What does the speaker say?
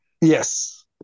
Yes